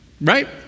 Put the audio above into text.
Right